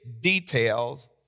details